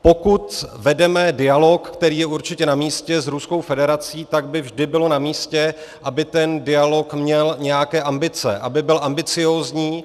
Pokud vedeme dialog, který je určitě namístě, s Ruskou federací, tak by vždy bylo namístě, aby ten dialog měl nějaké ambice, aby byl ambiciózní.